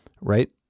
right